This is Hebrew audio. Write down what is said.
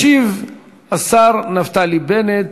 ישיב השר נפתלי בנט,